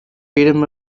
freedom